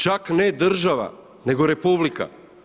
Čak ne država nego republika.